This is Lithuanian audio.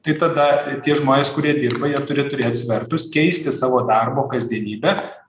tai tada tie žmonės kurie dirba jie turi turėt svertus keisti savo darbo kasdienybę